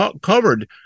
covered